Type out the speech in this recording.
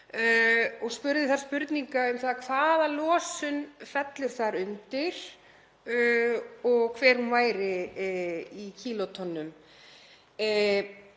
Ég spurði spurninga um það hvaða losun félli þar undir og hver hún væri í kílótonnum.